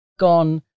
gone